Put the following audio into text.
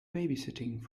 babysitting